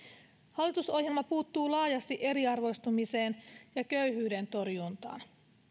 hallitusohjelma puuttuu laajasti eriarvoistumiseen ja köyhyyden torjuntaan